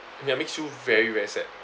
ya makes you very very sad